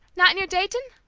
not near dayton?